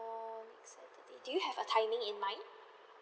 next saturday do you have a timing in mind